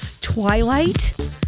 Twilight